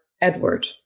Edward